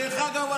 דרך אגב,